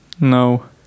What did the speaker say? no